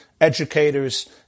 educators